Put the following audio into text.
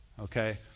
Okay